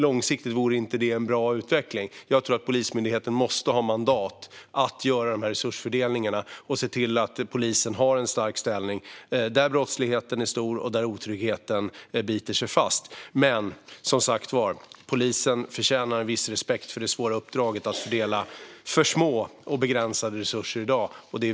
Det vore inte en bra utveckling långsiktigt. Polismyndigheten måste ha mandat att göra resursfördelningen och se till att polisen har en stark ställning på de platser där brottsligheten är stor och otryggheten biter sig fast. Polisen förtjänar också viss respekt för det svåra uppdraget att fördela dagens för små och begränsade resurser.